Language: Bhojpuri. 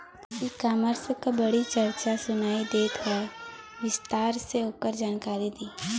ई कॉमर्स क बड़ी चर्चा सुनात ह तनि विस्तार से ओकर जानकारी दी?